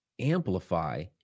amplify